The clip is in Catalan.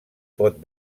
pot